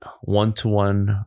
one-to-one